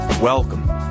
Welcome